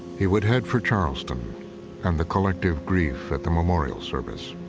he would head for charleston and the collective grief at the memorial service.